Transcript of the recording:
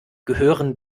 gehören